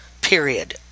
period